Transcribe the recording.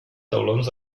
taulons